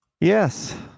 yes